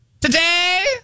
Today